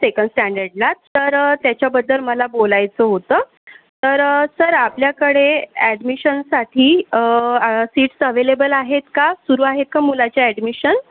second स्टँडर्डला तर त्याच्याबद्दल मला बोलायचं होतं तर सर आपल्याकडे ॲडमिशनसाठी सीट्स अवेलेबल आहेत का सुरू आहे का मुलाच्या ॲडमिशन